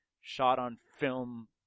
shot-on-film